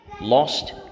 lost